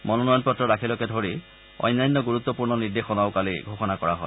মনোনয়ন পত্ৰ দাখিলকে ধৰি অন্যান্য গুৰুত্বপূৰ্ণ নিৰ্দেশনাও কালি ঘোষণা কৰা হয়